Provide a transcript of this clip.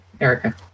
Erica